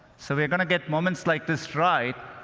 so, we're going to get moments like this right,